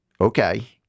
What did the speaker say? Okay